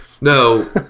No